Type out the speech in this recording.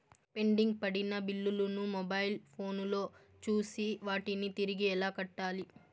pending పడిన బిల్లులు ను మొబైల్ ఫోను లో చూసి వాటిని తిరిగి ఎలా కట్టాలి